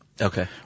Okay